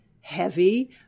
heavy